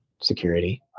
security